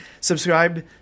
Subscribe